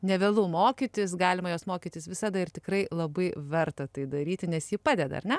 nevėlu mokytis galima jos mokytis visada ir tikrai labai verta tai daryti nes ji padeda ar ne